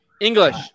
English